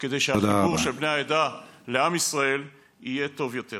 כדי שהחיבור של בני העדה לעם ישראל יהיה טוב יותר.